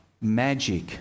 magic